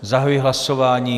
Zahajuji hlasování.